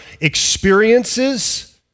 experiences